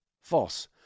False